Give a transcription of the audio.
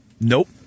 Nope